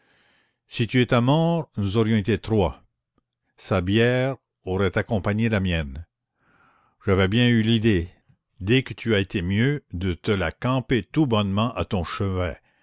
si tu étais mort nous aurions été trois sa bière aurait accompagné la mienne j'avais bien eu l'idée dès que tu as été mieux de te la camper tout bonnement à ton chevet